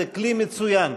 זה כלי מצוין.